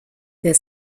der